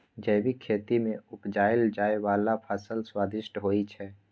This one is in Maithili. जैबिक खेती मे उपजाएल जाइ बला फसल स्वादिष्ट होइ छै